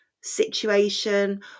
situation